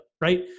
right